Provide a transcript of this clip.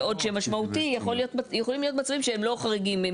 בעוד שמשמעותי יכולים להיות מצבים שהם לא חריגים.